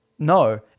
No